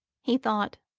he thought,